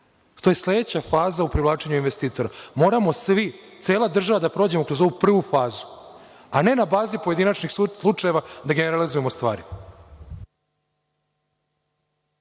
to je sledeća faza u privlačenju investitora. Moramo svi, cela država da prođemo kroz ovu prvu fazu, a ne na bazi pojedinačnih slučajeva da generalizujemo stvari.